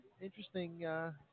interesting